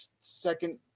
second